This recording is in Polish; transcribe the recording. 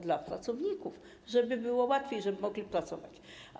Dla dzieci pracowników, żeby było łatwiej, żeby mogli pracować.